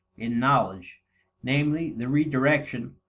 in knowledge namely, the redirection,